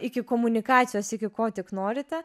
iki komunikacijos iki ko tik norite